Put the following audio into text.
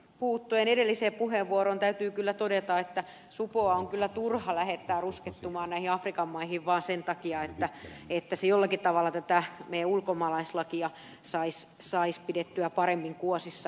puuttuen edelliseen puheenvuoroon täytyy kyllä todeta että supoa on kyllä turha lähettää ruskettumaan näihin afrikan maihin vain sen takia että se jollakin tavalla tätä meidän ulkomaalaislakiamme saisi pidettyä paremmin kuosissaan